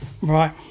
right